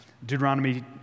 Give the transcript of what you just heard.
Deuteronomy